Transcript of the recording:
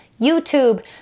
YouTube